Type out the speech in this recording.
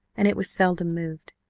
and it was seldom moved.